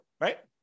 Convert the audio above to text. right